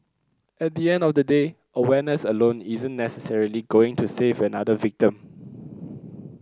at the end of the day awareness alone isn't necessarily going to save another victim